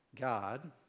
God